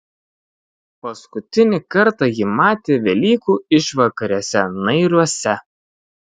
paskutinį kartą jį matė velykų išvakarėse nairiuose